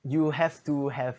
you have to have